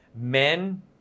Men